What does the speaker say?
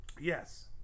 Yes